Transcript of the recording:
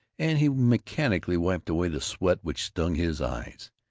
and he mechanically wiped away the sweat which stung his eyes.